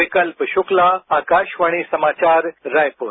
विकल्प शुक्ला आकाशवाणी समाचार रायपुर